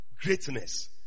greatness